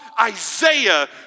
Isaiah